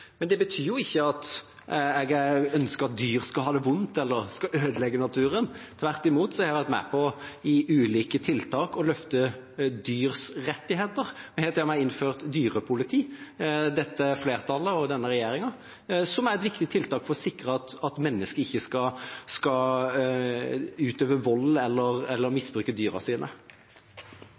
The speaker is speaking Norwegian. Men det betyr ikke at jeg ønsker at dyr skal ha det vondt, eller at vi skal ødelegge naturen. Tvert imot har jeg vært med på i ulike tiltak å løfte dyrs rettigheter. Dette flertallet og denne regjeringen har til og med innført dyrepoliti, som er et viktig tiltak for å sikre at mennesket ikke skal utøve vold mot eller misbruke dyra sine.